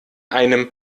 einem